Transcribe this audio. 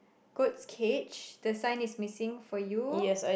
goat's cage the sign is missing for you